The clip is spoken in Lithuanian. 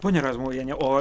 ponia razmuviene o